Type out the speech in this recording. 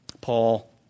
Paul